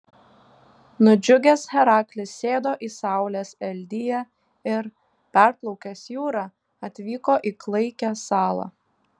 nudžiugęs heraklis sėdo į saulės eldiją ir perplaukęs jūrą atvyko į klaikią salą